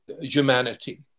humanity